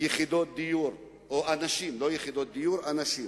יחידות דיור, או אנשים, לא יחידות דיור, אנשים.